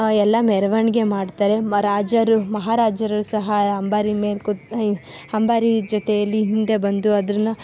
ಎಲ್ಲ ಮೆರವಣ್ಗೆ ಮಾಡ್ತಾರೆ ಮ್ ರಾಜರು ಮಹಾರಾಜರು ಸಹ ಅಂಬಾರಿ ಮೇಲೆ ಅಂಬಾರಿ ಜೊತೆಯಲ್ಲಿ ಹಿಂದೆ ಬಂದು ಅದನ್ನ